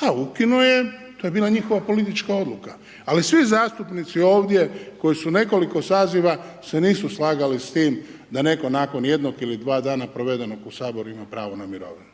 da, ukinuo je, to je bila njihova politička odluka ali svi zastupnici ovdje koji su u nekoliko saziva se nisu slagali s tim da netko nakon jednog ili dva dana provedenog Saboru, ima pravo na mirovinu.